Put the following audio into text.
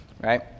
right